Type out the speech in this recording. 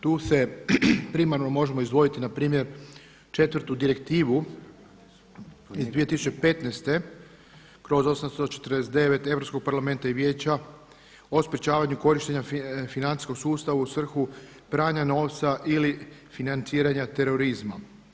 Tu se primarno možemo izdvojiti na primjer četvrtu direktivu iz 2015./849 Europskog parlamenta i Vijeća o sprječavanju korištenja financijskog sustava u svrhu pranja novca ili financiranja terorizma.